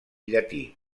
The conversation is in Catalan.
llatí